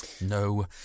No